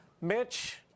Mitch